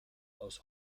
aus